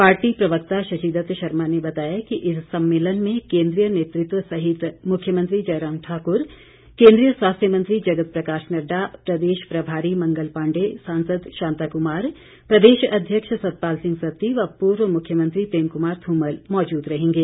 party प्रवक्ता शशिदत्त शर्मा ने बताया कि इस सम्मेलन में केंद्रीय नेतृत्व सहित मुख्यमंत्री जयराम ठाकुर केंद्रीय स्वास्थ्य मंत्री जगत प्रकाश नड्डा प्रदेश प्रभारी मंगल पांडे सांसद शांताकुमार प्रदेश अध्यक्ष सतपाल सिंह सत्ती व पूर्व मुख्यमंत्री प्रेम कुमार धूमल मौजूद रहेंगे